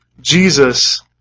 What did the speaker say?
Jesus